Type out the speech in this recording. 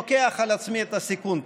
אני לוקח על עצמי את הסיכון,